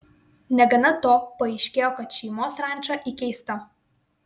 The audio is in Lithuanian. negana to paaiškėjo kad šeimos ranča įkeista